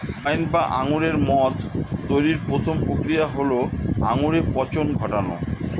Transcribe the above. wine বা আঙুরের মদ তৈরির প্রথম প্রক্রিয়া হল আঙুরে পচন ঘটানো